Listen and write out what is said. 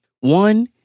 One